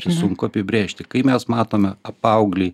sunku apibrėžti kai mes matome paauglį